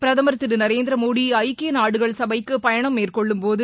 பிரதமர் திரு நரேந்திரமோடி ஐக்கிய நாடுகள் சபைக்கு பயணம் மேற்கொள்ளும்போது